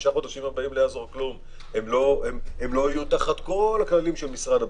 בחמשת החודשים הבאים הם לא יהיו תחת כל הכללים של משרד הבריאות,